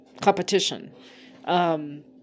competition